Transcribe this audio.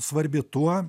svarbi tuo